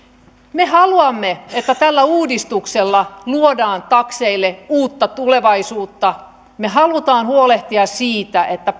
me haluamme että tällä uudistuksella luodaan takseille uutta tulevaisuutta me haluamme huolehtia siitä että